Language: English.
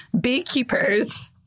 beekeepers